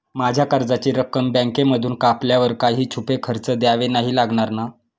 माझ्या कर्जाची रक्कम बँकेमधून कापल्यावर काही छुपे खर्च द्यावे नाही लागणार ना?